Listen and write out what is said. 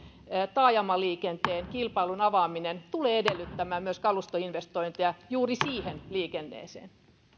taajamaliikenteen kilpailun avaaminen tulee edellyttämään myös kalustoinvestointeja juuri siihen liikenteeseen